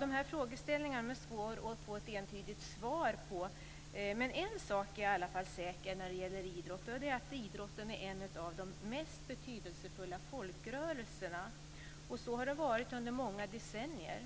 De här frågeställningarna är det svårt att få ett entydigt svar på. Men en sak är i alla fall säker när det gäller idrott, och det är att idrotten är en av de mest betydelsefulla folkrörelserna. Så har det varit under många decennier.